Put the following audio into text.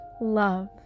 love